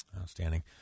Outstanding